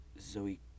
Zoe